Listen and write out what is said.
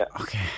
Okay